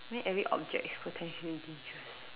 I mean every object is potentially dangerous